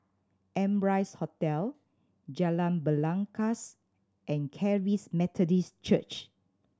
Amrise Hotel Jalan Belangkas and Charis Methodist Church